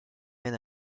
mène